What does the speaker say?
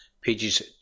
pages